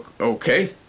okay